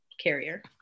carrier